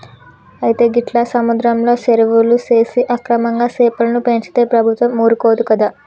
అయితే గీట్ల సముద్రంలో సెరువులు సేసి అక్రమంగా సెపలను పెంచితే ప్రభుత్వం ఊరుకోదు కదా